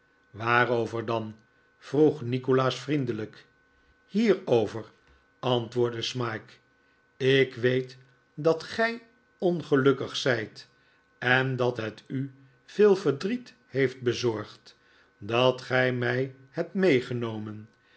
waarover dan vroeg nikolaas vriendelijk hierover antwoordde smike ik weet dat gij ongelukkig zijt en dat het u veel verdriet heeft bezorgd dat gij mij hebt meegenomen